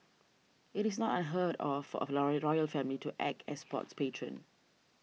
it is not unheard of for a loyal royal family to act as sports patron